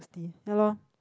thirsty ya lor